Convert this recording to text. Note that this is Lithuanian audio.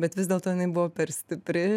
bet vis dėlto jinai buvo per stipri